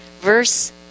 verse